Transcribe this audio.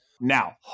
now